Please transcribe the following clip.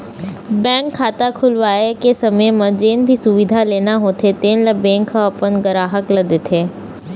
bank खाता खोलवाए के समे म जेन भी सुबिधा लेना होथे तेन ल बेंक ह अपन गराहक ल देथे